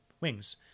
wings